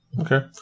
Okay